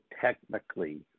technically